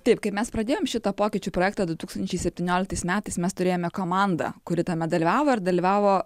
taip kai mes pradėjom šitą pokyčių projektą du tūkstančiai septynioliktais metais mes turėjome komandą kuri tame dalyvavo ir dalyvavo